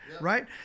right